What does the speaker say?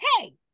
hey